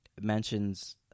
mentions